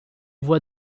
voit